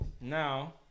now